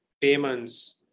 payments